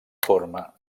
forma